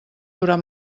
durar